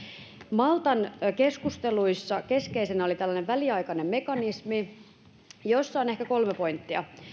maltan keskusteluissa keskeisenä oli tällainen väliaikainen mekanismi jossa on ehkä kolme pointtia